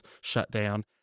shutdown